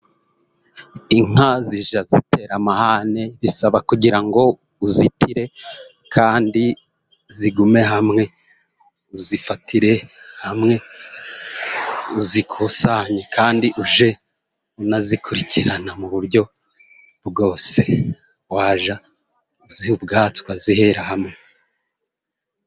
Inka zijya zitera amahane, bisaba kugira ngo uzitire kandi zigume hamwe, uzifatire hamwe, uzikusanye kandi ujye unazikurikirana mu buryo bwose, wajya uziha ubwatsi ukazihera hamwe.